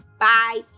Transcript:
Bye